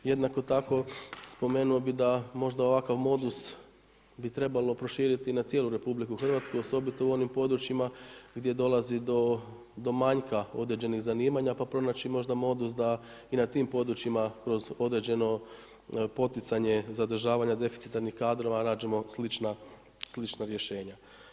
Jednako tako spomenuo bih da možda ovakav modus bi trebalo proširiti na cijelu RH osobito u onim područjima gdje dolazi do manjka određenih zanimanja pa pronaći možda modus da i na tim područjima kroz određeno poticanje zadržavanja deficitarnih kadrova nađemo slična rješenja.